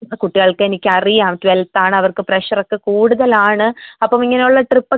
ഇപ്പം കുട്ട്യേൾക്കെനിക്കറിയാം ട്വൽവ്ത്താണ് അവർക്ക് പ്രഷറൊക്കെ കൂടുതലാണ് അപ്പോൾ ഇങ്ങനെ ഉള്ള ട്രിപ്പൊക്കെ